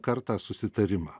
kartą susitarimą